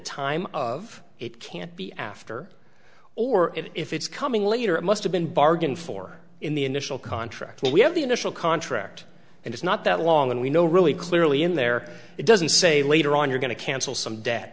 time of it can't be after or if it's coming later it must have been bargained for in the initial contract we have the initial contract and it's not that long and we know really clearly in there it doesn't say later on you're going to cancel some debt